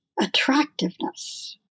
attractiveness